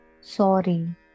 sorry